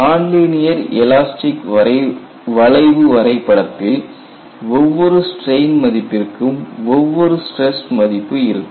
nonlinear elastic வளைவு வரைபடத்தில் ஒவ்வொரு ஸ்ட்ரெயின் மதிப்பிற்கும் ஒவ்வொரு ஸ்ட்ரெஸ் மதிப்பு இருக்கும்